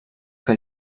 que